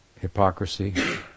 hypocrisy